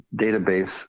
database